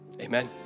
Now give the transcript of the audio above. Amen